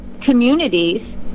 communities